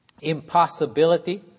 impossibility